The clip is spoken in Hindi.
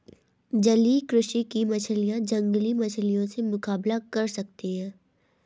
जलीय कृषि की मछलियां जंगली मछलियों से मुकाबला कर सकती हैं